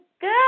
good